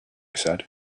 said